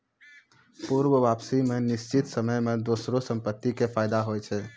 पूर्ण वापसी मे निश्चित समय मे दोसरो संपत्ति के फायदा होय छै